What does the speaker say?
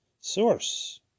source